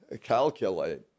calculate